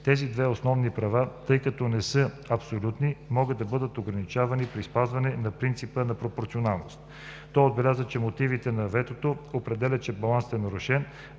„тези две основни права, тъй като не са абсолютни, могат да бъдат ограничавани при спазване на принципа на пропорционалността“. Той отбеляза, че мотивите на ветото определят, че балансът е нарушен,